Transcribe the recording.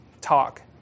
talk